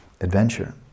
adventure